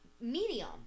Medium